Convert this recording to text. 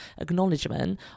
acknowledgement